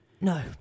no